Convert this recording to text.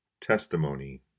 testimony